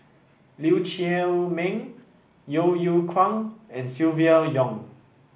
Lee Chiaw Meng Yeo Yeow Kwang and Silvia Yong